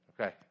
Okay